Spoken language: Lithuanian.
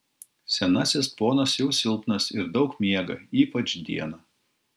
senasis ponas jau silpnas ir daug miega ypač dieną